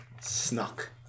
Snuck